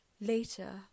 Later